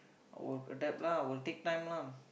will adapt lah will take time lah